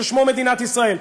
ששמו מדינת ישראל.